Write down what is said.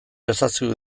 ezazu